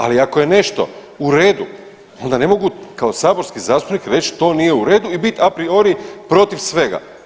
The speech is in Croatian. Ali ako je nešto u redu onda ne mogu kao saborski zastupnik reći to nije u redu i biti a priori protiv svega.